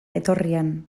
etorrian